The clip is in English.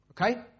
Okay